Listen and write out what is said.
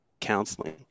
counseling